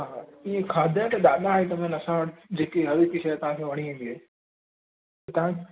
हा हा इएं खाधे ते ॾाढा आइटम आहिनि असां वटि जेकि हर हिकु शइ तव्हां खे वणी वेंदी त तव्हां